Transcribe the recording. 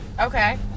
okay